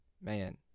man